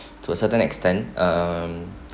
to a certain extent um